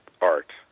art